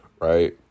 right